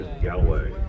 Galloway